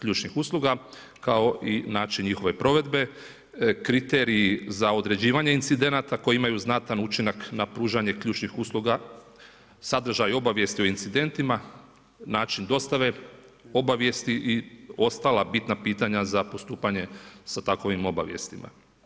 ključnih usluga, kao i način njihove provedbe, kriteriji za određivanje incidenata koji imaju znatan učinak na pružanje ključnih usluga, sadržaj obavijesti o incidentima, način dostave obavijesti i ostala bitna pitanja za postupanje sa takvim obavijestima.